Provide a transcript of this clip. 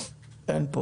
אין.